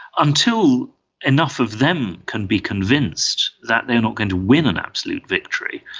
until enough of them can be convinced that they are not going to win an absolute victory,